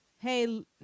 hey